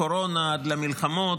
מקורונה עד למלחמות.